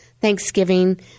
thanksgiving